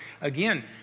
again